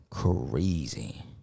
Crazy